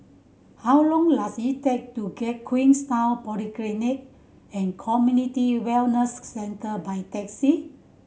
how long does it take to get Queenstown Polyclinic and Community Wellness Centre by taxi